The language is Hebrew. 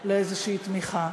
לאיזושהי תמיכה.